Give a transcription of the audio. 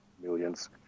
millions